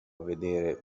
vedere